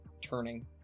turning